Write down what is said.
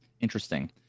Interesting